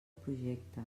projecte